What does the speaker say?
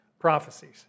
prophecies